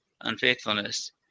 unfaithfulness